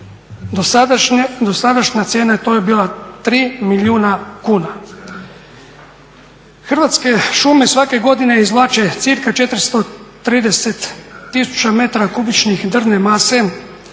Dosadašnja cijena to je bila 3 milijuna kuna. Hrvatske šume svake godine izvlače cirka 430 tisuća metara kubičnih drvne mase,